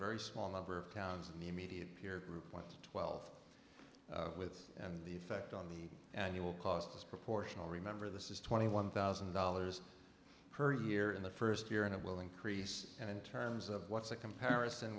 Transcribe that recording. very small number of towns in the immediate peer group went to twelve with and the effect on the annual cost is proportional remember this is twenty one thousand dollars per year in the first year and it will increase and in terms of what's a comparison